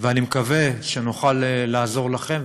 ואני מקווה שנוכל לעזור לכם,